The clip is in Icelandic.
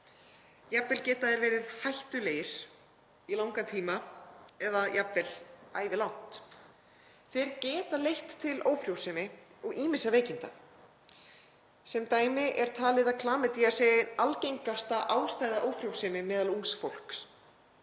jafnvel geta þeir verið hættulegir í langan tíma eða jafnvel ævilangt. Þeir geta leitt til ófrjósemi og ýmissa veikinda. Sem dæmi er talið að klamydía sé algengasta ástæða ófrjósemi meðal ungs fólks.